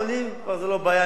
ומ"סהרונים" זו כבר לא בעיה.